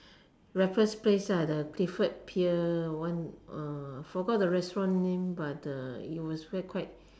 Raffles place ah the Clifford pier one uh forgot the restaurant name but uh it was quite